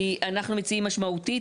אנחנו מציעים "משמעותית".